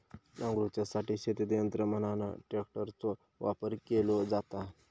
नांगरूच्यासाठी शेतीत यंत्र म्हणान ट्रॅक्टरचो वापर केलो जाता